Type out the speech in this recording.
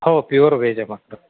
हो pure veg आहे माक्त